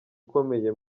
ukomeye